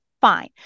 Fine